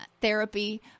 therapy